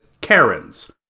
karens